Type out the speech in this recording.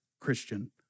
Christian